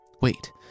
Wait